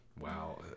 Wow